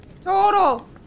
Total